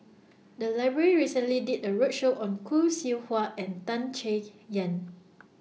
The Library recently did A roadshow on Khoo Seow Hwa and Tan Chay Yan